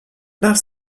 nach